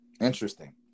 interesting